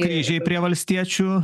kryžiai prie valstiečių